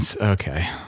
Okay